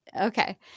Okay